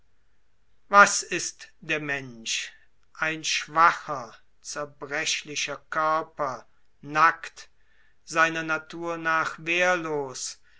was ist der mensch ein schwacher zerbrechlicher körper nackt seiner natur nach wehrlos